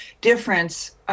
difference